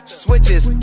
switches